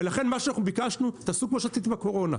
לכן מה שביקשנו, תעשו כמו שעשיתם בקורונה.